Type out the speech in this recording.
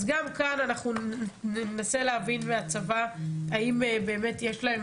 גם כאן אנחנו ננסה להבין מהצבא האם באמת יש לכם